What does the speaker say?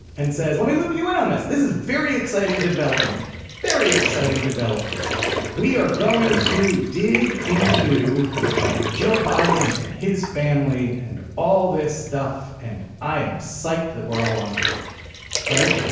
and says let me loop you in on this. this is very exciting development very exciting development we are going to dig into joe biden and his family and all this stuff and i am psyched that we're all on board right.